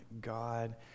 God